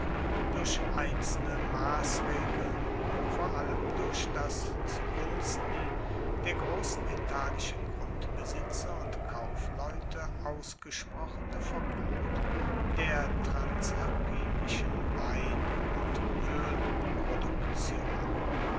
durch einzelne maßregeln vor allem durch das zu gunsten der großen italischen grundbesitzer und kaufleute ausgesprochene verbot der transalpinischen wein und ölproduktion